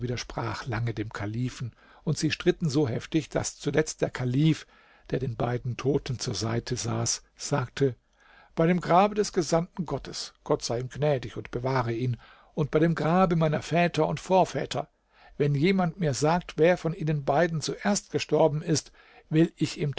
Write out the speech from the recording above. widersprach lange dem kalifen und sie stritten so heftig daß zuletzt der kalif der den beiden toten zur seite saß sagte bei dem grabe des gesandten gottes gott sei ihm gnädig und bewahre ihn und bei dem grabe meiner väter und vorväter wenn jemand mir sagt wer von ihnen beiden zuerst gestorben ist will ich